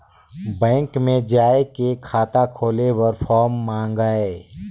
Bank मे जाय के खाता खोले बर फारम मंगाय?